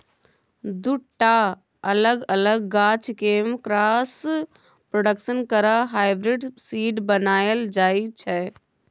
दु टा अलग अलग गाछ केँ क्रॉस प्रोडक्शन करा हाइब्रिड सीड बनाएल जाइ छै